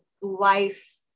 life